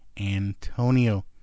Antonio